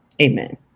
Amen